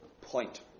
point